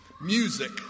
music